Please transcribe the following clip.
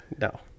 No